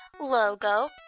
logo